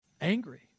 angry